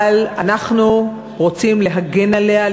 אבל אנחנו רוצים להגן עליה,